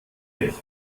recht